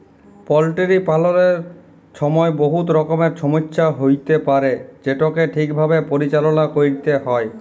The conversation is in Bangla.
পলটিরি পাললের ছময় বহুত রকমের ছমচ্যা হ্যইতে পারে যেটকে ঠিকভাবে পরিচাললা ক্যইরতে হ্যয়